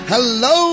Hello